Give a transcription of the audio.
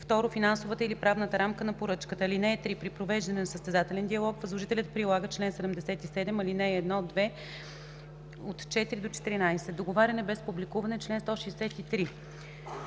2. финансовата или правната рамка на поръчката. (3) При провеждане на състезателен диалог възложителят прилага чл. 77, ал. 1, 2, 4-14.” „Договаряне без публикуване” – чл. 163.